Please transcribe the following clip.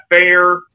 fair